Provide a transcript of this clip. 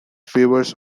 favours